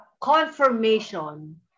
confirmation